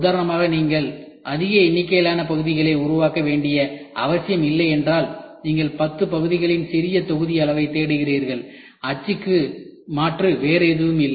உதாரணமாக நீங்கள் அதிக எண்ணிக்கையிலான பகுதிகளை உருவாக்க வேண்டிய அவசியம் இல்லை என்றால் நீங்கள் 10 பகுதிகளின் சிறிய தொகுதி அளவைத் தேடுகிறீர்கள் அச்சிக்கு மாற்று வேறு எதுவும் இல்லை